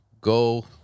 go